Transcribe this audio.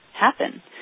happen